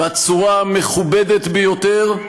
בצורה המכובדת ביותר,